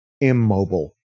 immobile